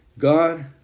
God